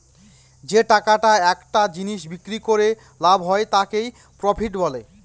যে টাকাটা একটা জিনিস বিক্রি করে লাভ হয় তাকে প্রফিট বলে